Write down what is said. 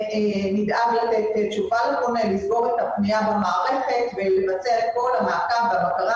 אני שמח לפתוח את ישיבת הוועדה הבוקר עם אנשים נפלאים מקופת חולים מכבי.